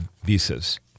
visas